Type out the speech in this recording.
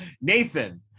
nathan